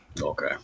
Okay